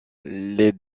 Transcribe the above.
les